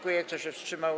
Kto się wstrzymał?